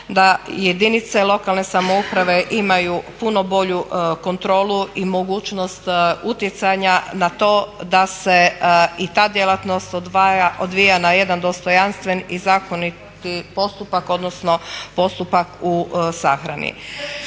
da jedinice lokalne samouprave imaju puno bolju kontrolu i mogućnost utjecanja na to da se i da djelatnost odvija na jedan dostojanstven i zakonit postupak odnosno postupak u sahrani.